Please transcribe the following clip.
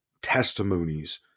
testimonies